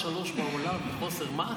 מס' 3 בעולם בחוסר מעש?